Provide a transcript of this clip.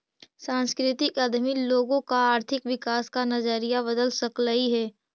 सांस्कृतिक उद्यमी लोगों का आर्थिक विकास का नजरिया बदल सकलई हे